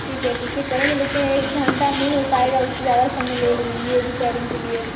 ठीक है ठीक है करेंगे लेकिन एक घंटा नहीं हो पाएगा उससे ज़्यादा समय ले लेंगे रिपेयरिंग के लिए